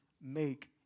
make